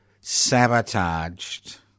sabotaged